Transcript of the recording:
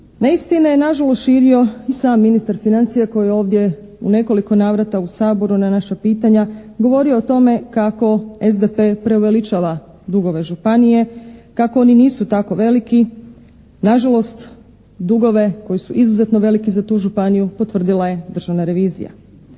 Neistine je nažalost širio i sam ministar financija koji je ovdje u nekoliko navrata u Saboru na naša pitanja govorio o tome kako SDP preuveličava dugove županije, kako oni nisu tako veliki. Nažalost, dugove koji su izuzetno veliki za tu županiju potvrdila je Državna revizija.